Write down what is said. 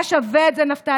היה שווה את זה, נפתלי?